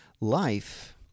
life